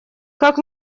как